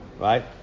Right